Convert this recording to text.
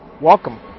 Welcome